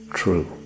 true